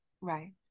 Right